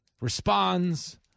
responds